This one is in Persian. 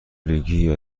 ریگی